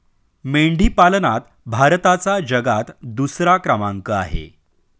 मेंढी पालनात भारताचा जगात दुसरा क्रमांक आहे